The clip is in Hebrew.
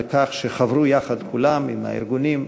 על כך שחברו יחד כולם, עם הארגונים,